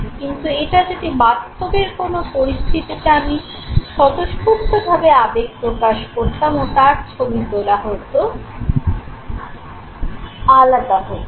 কিন্তু এটা যদি বাস্তবের কোন পরিস্থিতিতে আমি স্বতঃস্ফূর্তভাবে আবেগ প্রকাশ করতাম ও তার ছবি তোলা হতো আলাদা হতো